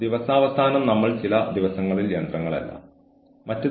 ജീവനക്കാർക്ക് കൃത്യമായ പരിശീലനം നൽകിയിട്ടുണ്ട്